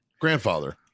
grandfather